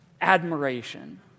admiration